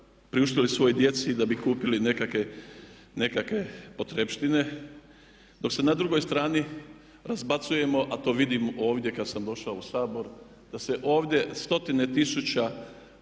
priuštili svojoj djeci i da bi kupili nekakve potrepštine, dok se na drugoj strani razbacujemo a to vidim ovdje kad sam došao u Sabor, da se ovdje stotine tisuća